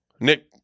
Nick